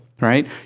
right